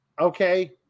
okay